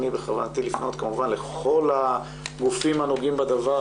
אני, בכוונתי לפנות כמובן לכל הגופים הנוגעים בדבר